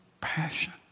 passion